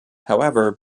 however